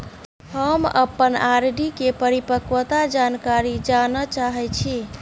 हम अप्पन आर.डी केँ परिपक्वता जानकारी जानऽ चाहै छी